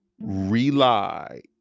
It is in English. rely